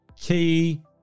key